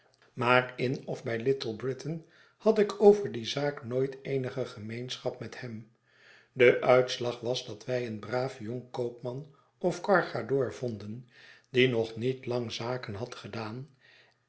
maar in ofbij little britain had ik over die zaak nooit eenige gemeenschap met hem de uitslag was dat wij een braaf jong koopman of cargadoor vonden die nog niet lang zaken had gedaan